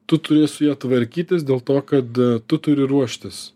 tu turi su ja tvarkytis dėl to kad tu turi ruoštis